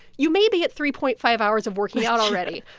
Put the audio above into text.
you may be at three point five hours of working out already.